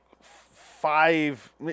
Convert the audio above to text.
five